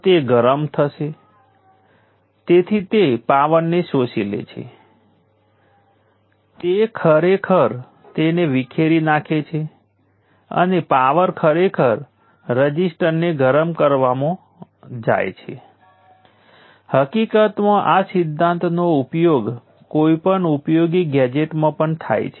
તેથી હવે હું શું કરીશ હું સમગ્ર વોલ્ટેજ સોર્સ V1 માં વોલ્ટેજને વ્યાખ્યાયિત કરીશ અને હું V1 માટે યોગ્ય પેસિવ સાઇન કન્વેન્શનનો ઉપયોગ કરીશ અને I1 ને આ રીતે વ્યાખ્યાયિત કરીશ